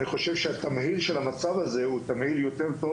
אני חושב שהתמהיל של המצב הזה הוא תמהיל יותר טוב